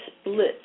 split